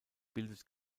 bildet